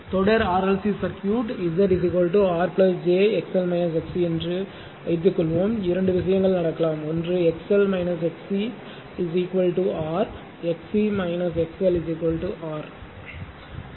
தொடர் RLC circuit Z R j என்று வைத்துக்கொள்வோம் இரண்டு விஷயங்கள் நடக்கலாம் ஒன்று XL XC R XC XL R இருக்கும்